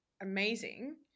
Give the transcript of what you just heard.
amazing